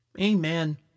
Amen